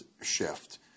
shift